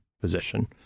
position